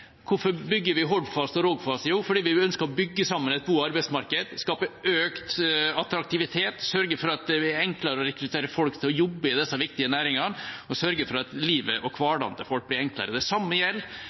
Hvorfor bygger vi Hordfast og Rogfast? Jo, fordi vi ønsker å bygge sammen et bo- og arbeidsmarked, skape økt attraktivitet, sørge for at det blir enklere å rekruttere folk til å jobbe i disse viktige næringene og sørge for at livet og